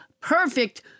perfect